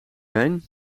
heen